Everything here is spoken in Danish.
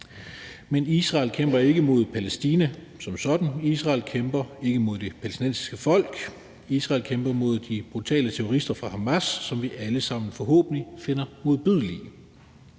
Men Israel kæmper ikke imod Palæstina som sådan, Israel kæmper ikke imod det palæstinensiske folk, Israel kæmper imod de brutale terrorister fra Hamas, som vi alle sammen forhåbentlig finder modbydelige.